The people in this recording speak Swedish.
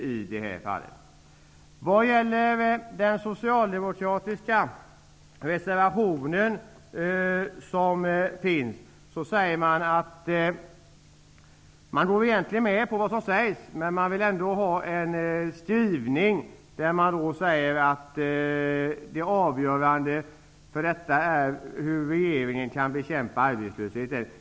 I den socialdemokratiska reservationen står det att man egentligen går med på vad som sägs, men att man ändå vill ha en skrivning där det står att det avgörande är hur regeringen kan bekämpa arbetslösheten.